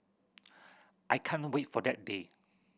I can't wait for that day